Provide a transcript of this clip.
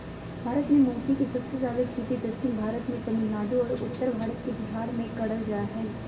भारत मे मोती के सबसे जादे खेती दक्षिण भारत मे तमिलनाडु आरो उत्तर भारत के बिहार मे करल जा हय